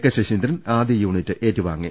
K Saseendran ആദ്യ unit ഏറ്റുവാങ്ങി